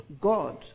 God